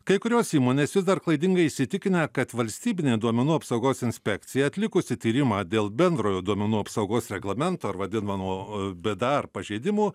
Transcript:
kai kurios įmonės vis dar klaidingai įsitikinę kad valstybinė duomenų apsaugos inspekcija atlikusi tyrimą dėl bendrojo duomenų apsaugos reglamento ar vadinamų bdr pažeidimų